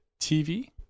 TV